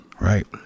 Right